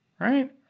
Right